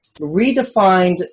redefined